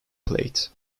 plate